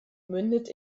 mündet